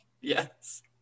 Yes